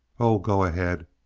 oh, go ahead.